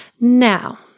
Now